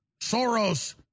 Soros